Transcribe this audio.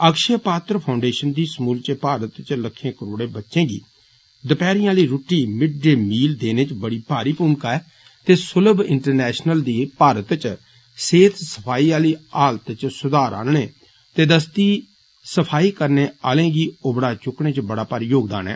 Akshay Patra Foundation दीसमूलचे भारत च लक्खें करोड़े बच्चें गी दपैहरी आली रुट्टी मिड डे मिल देने च बड़ी भारी भूमिका ऐ ते सुलम इंटरनेषनल दी भारत च सेहत सफाई आली हालत च सुधार आनने ते दस्सी सफाई करने आलें गी उब्बड़ा चुक्कने च बड़ा भारी योगदान ऐ